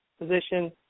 position